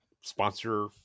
sponsor